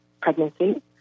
pregnancy